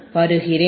வருகிறேன்